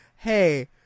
Hey